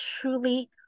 truly